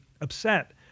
upset